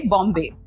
Bombay